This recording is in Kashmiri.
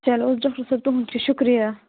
چلو حظ ڈاکٹر صٲب تُہُنٛد چھُ شُکریہ